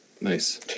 Nice